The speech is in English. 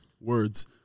words